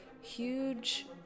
huge